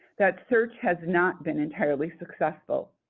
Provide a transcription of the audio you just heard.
that search has not been entirely successful.